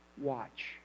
watch